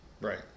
Right